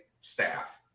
staff